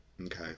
Okay